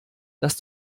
dass